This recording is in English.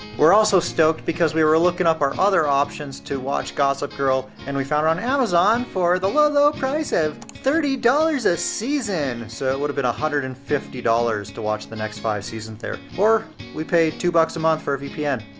we're also stoked because we were looking up our other options to watch gossip girl, and we found it on amazon for the low, low price of thirty dollars a season! so it would have been one hundred and fifty dollars to watch the next five seasons there. or, we pay two bucks a month for a vpn.